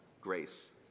grace